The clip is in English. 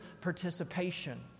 participation